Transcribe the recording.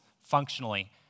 functionally